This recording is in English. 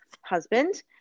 husband